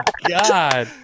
God